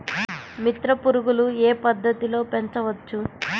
మిత్ర పురుగులు ఏ పద్దతిలో పెంచవచ్చు?